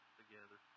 together